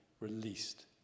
released